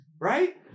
right